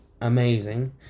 amazing